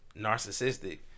Narcissistic